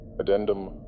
Addendum